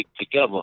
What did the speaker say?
together